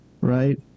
right